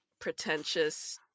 pretentious